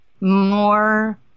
more